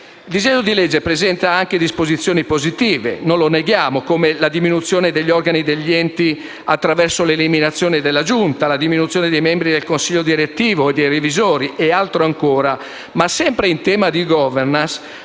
Il disegno di legge presenta anche disposizioni positive - non lo neghiamo - come la diminuzione degli organi degli enti attraverso l'eliminazione della giunta, la diminuzione dei membri del consiglio direttivo e dei revisori, e altro ancora. Ma, sempre in tema di *governance*,